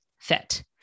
fit